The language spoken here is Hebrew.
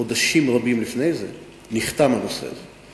חודשים רבים לפני זה נחתם הנושא הזה,